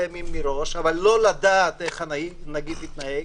ימים מראש אבל לא לדעת איך הנגיף יתנהג.